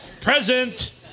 Present